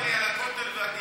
לא אמרת לי על הכותל והגיור.